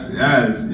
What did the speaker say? yes